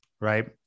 right